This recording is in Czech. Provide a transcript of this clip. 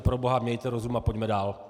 Proboha, mějte rozum a pojďme dál.